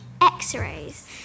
x-rays